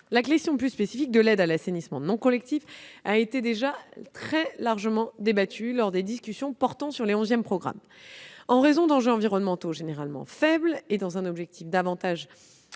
La question plus spécifique de l'aide à l'assainissement non collectif a largement été débattue lors des discussions portant sur les onzièmes programmes. En raison d'enjeux environnementaux généralement faibles et dans l'objectif de